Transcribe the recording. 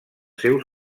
seus